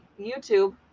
YouTube